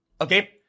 Okay